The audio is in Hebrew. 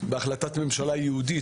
בהחלטת ממשלה ייעודית,